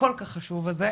הכול כך חשוב הזה.